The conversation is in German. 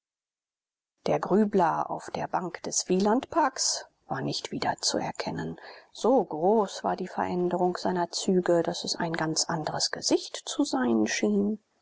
der grübler auf der bank des wielandparks war nicht wiederzuerkennen so groß war die veränderung seiner züge daß es ein ganz anderes gesicht zu sein schien